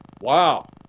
Wow